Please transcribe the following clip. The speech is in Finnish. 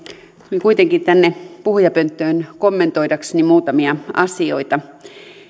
tulin kuitenkin tänne puhujapönttöön kommentoidakseni muutamia asioita